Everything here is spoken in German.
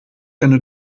eine